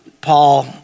Paul